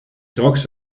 dogs